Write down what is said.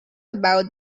about